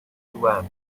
event